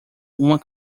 uma